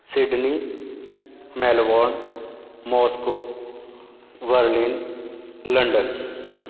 Sydney Melbourne Moscow Berlin London